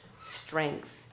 strength